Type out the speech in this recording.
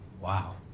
wow